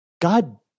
God